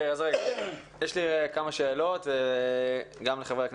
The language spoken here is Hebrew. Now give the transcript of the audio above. יש לי כמה שאלות וגם לחברי הכנסת.